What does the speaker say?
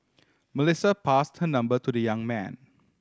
Melissa passed her number to the young man